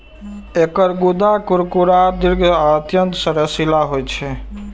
एकर गूद्दा कुरकुरा, दृढ़ आ अत्यंत रसीला होइ छै